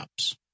apps